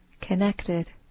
connected